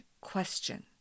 question